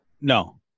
No